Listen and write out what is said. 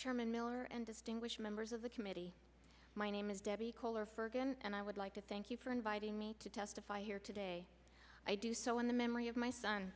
chairman miller and distinguished members of the committee my name is debbie kohler ferkin and i would like to thank you for inviting me to testify here today i do so in the memory of my son